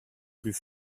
plus